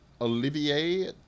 Olivier